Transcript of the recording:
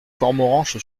cormoranche